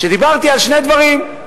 שדיברתי על שני דברים: